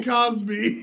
Cosby